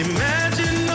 Imagine